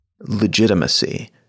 legitimacy